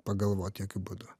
pagalvot jokiu būdu